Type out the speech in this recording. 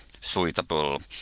suitable